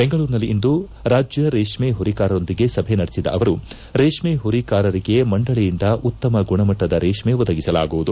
ಬೆಂಗಳೂರಿನಲ್ಲಿಂದು ರಾಜ್ಯರೇಷ್ಮೆ ಪುರಿಕಾರರೊಂದಿಗೆ ಸಭೆ ನಡೆಸಿದ ಅವರು ರೇಷ್ಮೆ ಪುರಿಕಾರರಿಗೆ ಮಂಡಳಿಯಿಂದ ಉತ್ತಮ ಗುಣಮಟ್ಟದ ರೇಷ್ಮ ಒದಗಿಸಲಾಗುವುದು